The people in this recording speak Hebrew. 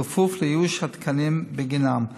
בכפוף לאיוש התקנים בגינן.